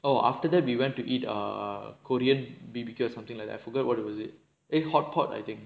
oh after that we went to eat err korean B_B_Q or something like that I forgot what was it eh hotpot I think